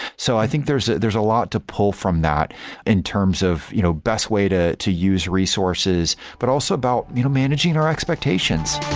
so i think there's there's a lot to pull from that in terms of you know best way to to use resources, but also about you know managing our expectations.